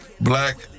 black